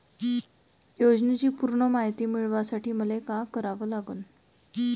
योजनेची पूर्ण मायती मिळवासाठी मले का करावं लागन?